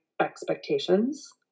expectations